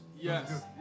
yes